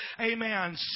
Amen